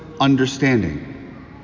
understanding